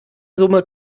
summe